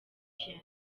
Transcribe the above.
piano